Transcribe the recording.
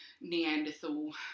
neanderthal